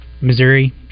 Missouri